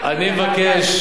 אז אני מבקש,